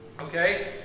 Okay